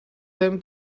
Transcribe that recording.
them